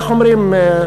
איך אומרים,